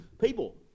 people